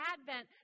Advent